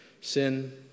sin